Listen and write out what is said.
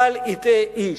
בל יטעה איש,